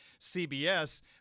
CBS